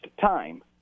time